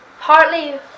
Partly